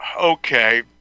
Okay